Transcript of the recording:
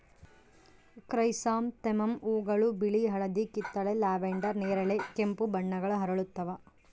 chrysanthemum ಹೂವುಗಳು ಬಿಳಿ ಹಳದಿ ಕಿತ್ತಳೆ ಲ್ಯಾವೆಂಡರ್ ನೇರಳೆ ಕೆಂಪು ಬಣ್ಣಗಳ ಅರಳುತ್ತವ